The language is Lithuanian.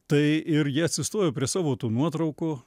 tai ir jie atsistojo prie savo tų nuotraukų